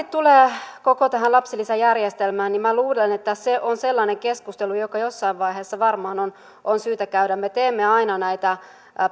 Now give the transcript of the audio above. tulee koko tähän lapsilisäjärjestelmään niin minä luulen että se on sellainen keskustelu joka jossain vaiheessa varmaan on on syytä käydä me teemme aina näitä